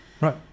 Right